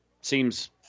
seems